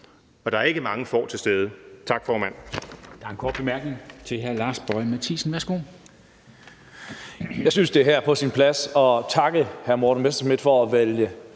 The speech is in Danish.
og der er ikke mange får til stede. Tak, formand.